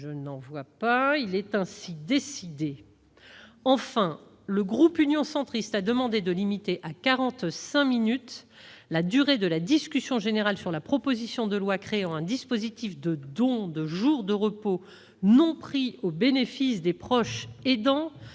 ?... Il en est ainsi décidé. Enfin, le groupe Union Centriste a demandé de limiter à quarante-cinq minutes la durée de la discussion générale sur la proposition de loi créant un dispositif de don de jours de repos non pris au bénéfice des proches aidants